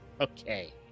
Okay